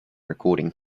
recording